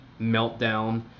meltdown